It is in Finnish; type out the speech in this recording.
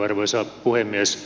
arvoisa puhemies